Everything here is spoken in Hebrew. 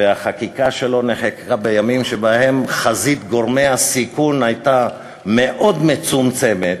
החקיקה שלו נחקקה בימים שבהם חזית גורמי הסיכון הייתה מאוד מצומצמת,